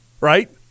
right